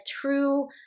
true